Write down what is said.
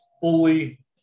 fully